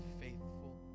faithful